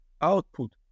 output